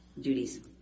duties